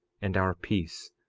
and our peace,